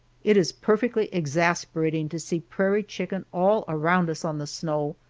it is perfectly exasperating to see prairie chicken all around us on the snow.